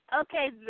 Okay